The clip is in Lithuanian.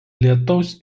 lietaus